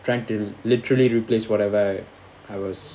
trying to literally replace whatever I I was